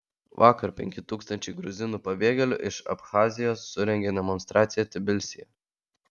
vakar penki tūkstančiai gruzinų pabėgėlių iš abchazijos surengė demonstraciją tbilisyje